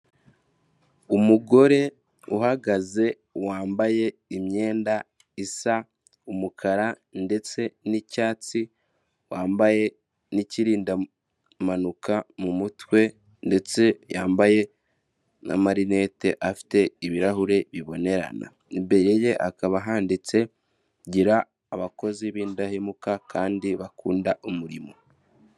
Umugore uhagaze wambaye imyenda isa umukara ndetse n'icyatsi, wambaye n'irindamanuka mu mutwe ndetse yambaye na marinette afite ibirahure bibonerana, imbere ye hakaba handitse gira abakozi b'indahemuka kandi bakunda umurimo.